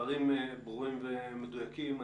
דברים ברורים ומדויקים.